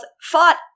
fought